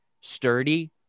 sturdy